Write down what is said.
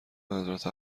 حضرت